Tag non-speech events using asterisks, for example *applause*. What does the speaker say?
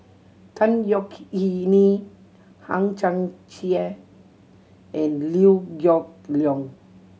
Tan Yeok *unintelligible* Nee Hang Chang Chieh and Liew Geok Leong